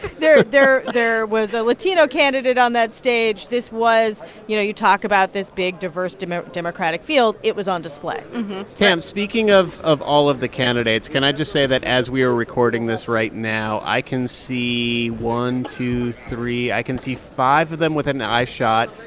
there there was a latino candidate on that stage. this was you know, you talk about this big, diverse diverse democratic field. it was on display tam, speaking of of all of the candidates, can i just say that as we are recording this right now, i can see one, two, three i can see five of them within an eye shot,